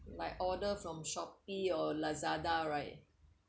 like order from Shopee or lazada right